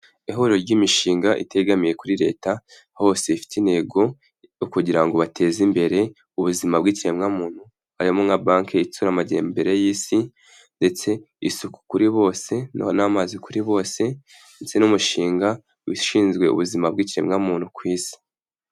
Ihuriro ry'imishinga itegamiye kuri Leta, hose ifite intego yo kugira ngo bateze imbere, ubuzima bw'ikiremwamuntu, harimo nka Banki Itsura Amajyambere y'Isi ndetse isuku kuri bose, noneho amazi kuri bose ndetse n'umushinga ushinzwe ubuzima bw'ikiremwamuntu ku isi.